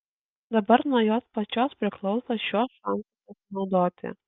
dabar nuo jos pačios priklauso šiuo šansu pasinaudoti